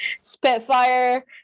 spitfire